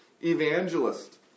evangelist